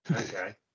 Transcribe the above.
Okay